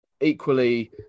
equally